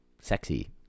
sexy